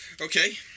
Okay